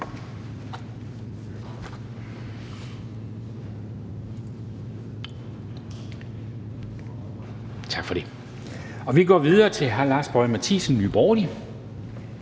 Tak for det. Vi går videre til hr. Lars Boje Mathiesen, Nye Borgerlige.